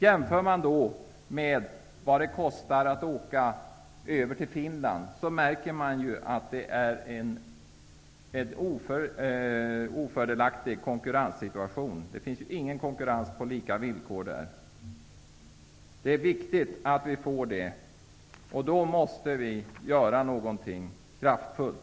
Om man jämför det med vad det kostar att åka över till Finland märker man att det är en ofördelaktig konkurrenssituation. Det finns där ingen konkurrens på lika villkor. Det är viktigt att vi uppnår konkurrens på lika villkor, och vi måste därför göra någonting kraftfullt.